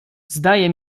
zdaje